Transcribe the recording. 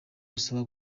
gusaba